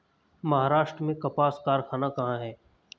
महाराष्ट्र में कपास कारख़ाना कहाँ है?